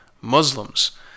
Muslims